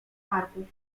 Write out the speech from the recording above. parku